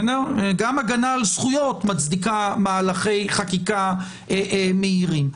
גם הגנה על זכויות מצדיקה מהלכי חקיקה מהירים.